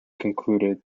concluded